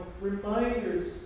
reminders